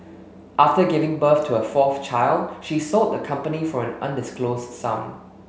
after giving birth to her fourth child she sold the company for an undisclosed sum